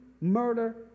murder